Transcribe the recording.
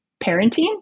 parenting